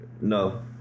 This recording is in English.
No